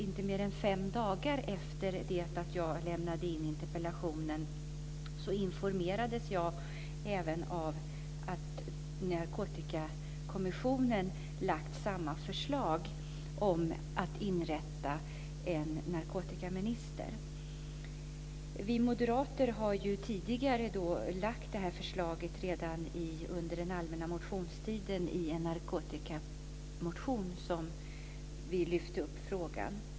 Inte mer än fem dagar efter det att jag lämnade in interpellationen informerades jag om att Narkotikakommissionen lagt samma förslag om att inrätta en narkotikaminister. Vi moderater har lagt det här förslaget redan under den allmänna motionstiden i en narkotikamotion där vi lyfte fram frågan.